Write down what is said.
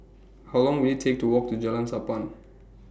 How Long Will IT Take to Walk to Jalan Sappan